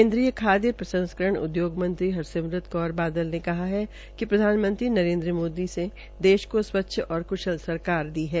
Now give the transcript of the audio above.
केन्द्रीय खाद्य प्रसंस्करण उद्योग मंत्री हरसिमरत कौर बादल ने कहा है कि प्रधानमंत्री नरेन्द्र मोदी ने देश को स्वच्छ और क्शल सरकार दी है